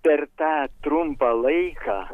per tą trumpą laiką